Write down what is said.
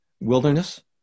wilderness